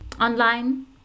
online